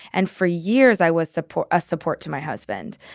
and for years, i was support a support to my husband,